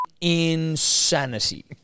insanity